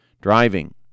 driving